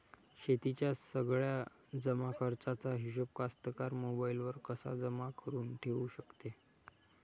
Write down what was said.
शेतीच्या सगळ्या जमाखर्चाचा हिशोब कास्तकार मोबाईलवर कसा जमा करुन ठेऊ शकते?